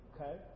okay